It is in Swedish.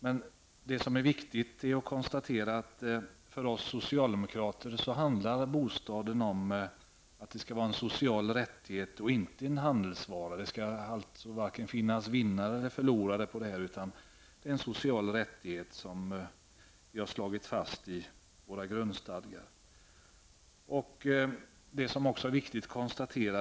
Men det är viktigt att konstatera att för oss socialdemokrater skall bostaden vara en social rättighet och inte en handelsvara. Det skall alltså varken finnas vinnare eller förlorare på det här. Det är en social rättighet som vi har slagit fast i våra grundstadgar.